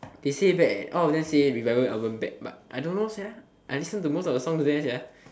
they say bad leh oh all of them say revival album bad but I don't know sia I listen to most of the songs there sia